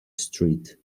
street